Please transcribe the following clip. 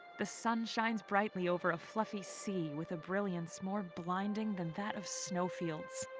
the sun shines brightly over a fluffy sea with a brilliance more blinding than that of snowfields.